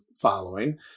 following